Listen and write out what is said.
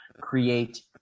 create